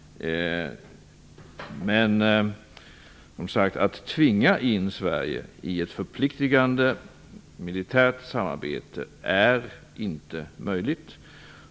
Men att tvinga in Sverige i ett förpliktande militärt samarbete är inte möjligt.